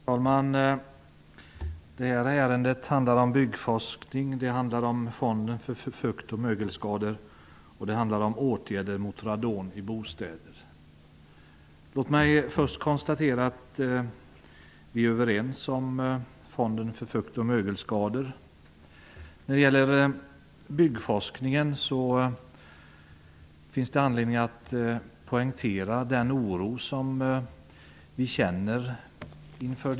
Herr talman! Det här ärendet handlar om byggforskning, det handlar om fonden för fukt och mögelskador, och det handlar om åtgärder mot radon i bostäder. Låt mig först konstatera att vi är överens om fonden för fukt och mögelskador. När det gäller byggforskningen finns det anledning att poängtera den oro som vi känner.